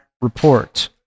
report